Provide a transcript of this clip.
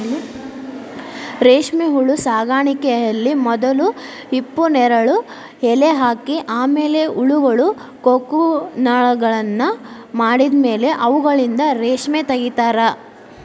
ರೇಷ್ಮೆಹುಳು ಸಾಕಾಣಿಕೆಯಲ್ಲಿ ಮೊದಲು ಹಿಪ್ಪುನೇರಲ ಎಲೆ ಹಾಕಿ ಆಮೇಲೆ ಹುಳಗಳು ಕೋಕುನ್ಗಳನ್ನ ಮಾಡಿದ್ಮೇಲೆ ಅವುಗಳಿಂದ ರೇಷ್ಮೆ ತಗಿತಾರ